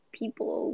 people